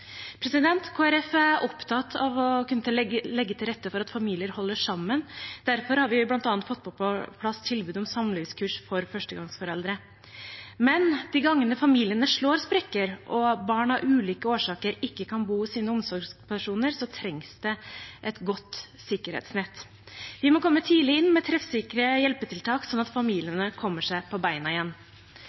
er opptatt av å kunne legge til rette for at familier holder sammen. Derfor har vi bl.a. fått på plass tilbud om samlivskurs for førstegangsforeldre. Men de gangene familiene slår sprekker og barn av ulike årsaker ikke kan bo hos sine omsorgspersoner, trengs det et godt sikkerhetsnett. Vi må komme tidlig inn med treffsikre hjelpetiltak, sånn at familiene kommer seg på beina igjen.